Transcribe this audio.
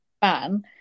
fan